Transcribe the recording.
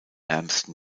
ärmsten